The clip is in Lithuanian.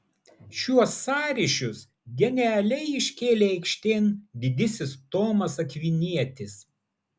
šiuos sąryšius genialiai iškėlė aikštėn didysis tomas akvinietis